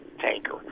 tanker